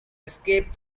escape